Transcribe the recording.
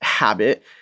Habit